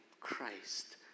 Christ